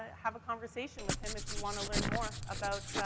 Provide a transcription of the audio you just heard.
have a conversation with him if you wanna learn more about, ah,